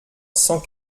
cent